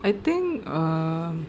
I think uh